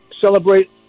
celebrate